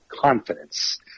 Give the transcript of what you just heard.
confidence